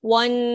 one